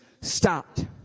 stopped